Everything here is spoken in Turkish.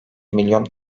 milyon